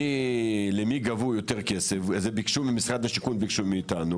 למי גבו יותר כסף, משרד השיכון ביקשו מאיתנו